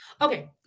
okay